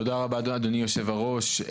תודה רבה, אדוני יושב הראש.